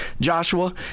joshua